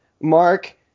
Mark